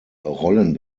rollen